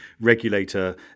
regulator